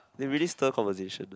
they really stir conversation